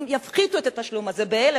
אם יפחיתו את התשלום הזה ב-1,000,